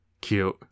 Cute